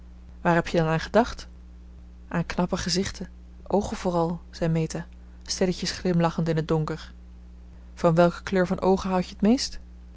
waar heb je dan aan gedacht aan knappe gezichten oogen vooral zei meta stilletjes glimlachend in het donker van welke kleur van oogen houdt je het meest